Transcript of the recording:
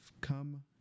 come